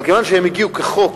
אבל כיוון שהם הגיעו כחוק,